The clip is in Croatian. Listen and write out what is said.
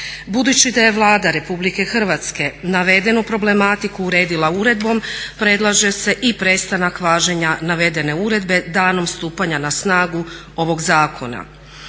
Budući da je Vlada Republike Hrvatske navedenu problematiku uredila uredbom predlaže se i prestanak važenja navedene uredbe danom stupanja na snagu ovog zakona.